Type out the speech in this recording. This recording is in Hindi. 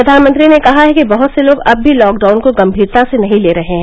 प्रधानमंत्री ने कहा है कि बहुत से लोग अब भी लॉकडाउन को गंभीरता से नहीं ले रहे हैं